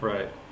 Right